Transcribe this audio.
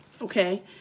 Okay